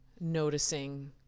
noticing